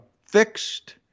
fixed